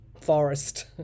forest